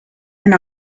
and